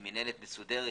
עם מינהלת מסודרת,